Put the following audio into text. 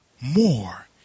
more